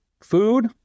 food